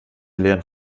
leeren